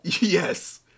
Yes